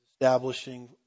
establishing